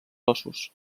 ossos